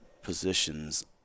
positions